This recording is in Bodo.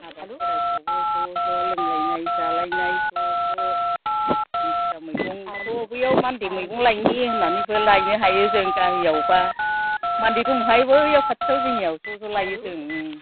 हाबा खेराइफ्रावबो ज' ज' लोंलायनाय जालायनाय ज' ज' दिंखिया मैगं थ' बैयाव मानदे मैगं लायनि होननानैबो लायनो हायो जों गामियावबा मानदे दंहाय बैयाव खाथियाव जोंनियाव ज' ज' लायो जों